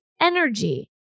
energy